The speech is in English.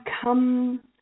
come